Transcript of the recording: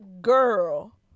girl